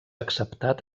acceptat